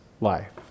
life